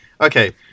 okay